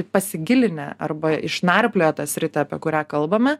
pasigilinę arba išnarplioję tą sritį apie kurią kalbame